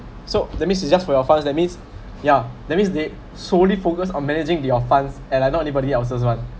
so that means it's just for your funds that means ya that means they solely focused on managing to your funds and are not anybody else's one